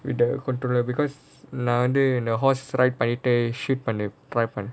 with the controller because nowadays the horse ride பண்ணிட்டு:pannittu shoot பண்ண:panna try பண்ணேன்:pannaen